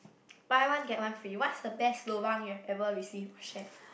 buy one get one free what's the best lobang you've ever received or shared